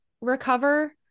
recover